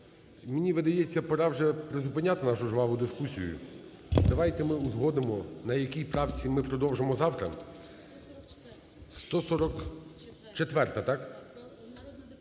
мені видається, пора вже призупиняти нашу жваву дискусію. Давайте ми узгодимо, на якій правці ми продовжимо завтра. 144-а, так?